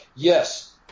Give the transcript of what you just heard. Yes